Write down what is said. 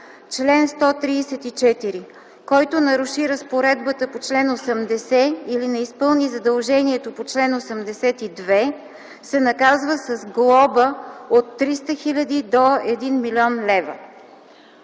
„Чл. 134. Който наруши разпоредбата по чл. 80 или не изпълни задължение по чл. 82, се наказва с глоба от 300 000 до 1 млн.